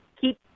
keep